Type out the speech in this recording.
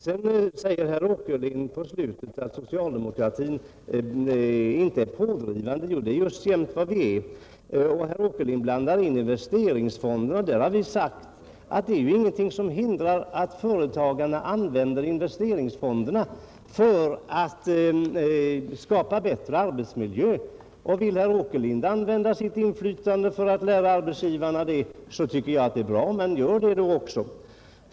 Sedan säger herr Åkerlind att socialdemokratin inte är pådrivande. Jo, det är just jämnt vad den är! Herr Åkerlind blandar in investeringsfonderna. Vi har sagt att det inte är någonting som hindrar att företagarna använder investeringsfonderna för att skapa bättre arbetsmiljö. Vill herr Åkerlind använda sitt inflytande för att lära arbetsgivarna det, tycker jag det är bra, men gör det då också!